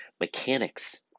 mechanics